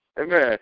Amen